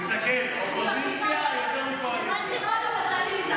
תסתכל, אופוזיציה יותר מקואליציה.